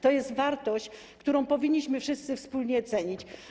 To jest wartość, którą powinniśmy wszyscy wspólnie cenić.